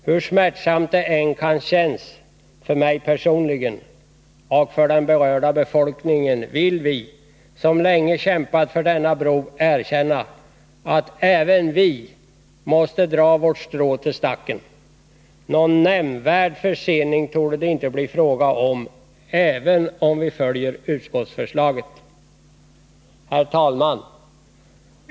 Hur smärtsamt det än kan kännas för mig personligen och för den berörda befolkningen vill vi som länge kämpat för denna bro erkänna att även vi måste dra vårt strå till stacken. Någon nämnvärd försening torde det inte bli fråga om, även om vi följer utskottsförslaget. Herr talman!